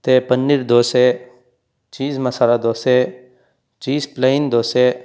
ಮತ್ತು paneer dosa cheese masala dosa cheese plain dosa